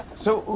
so,